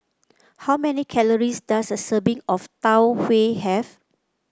how many calories does a serving of Tau Huay have